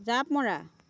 জাঁপ মৰা